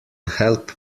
help